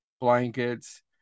blankets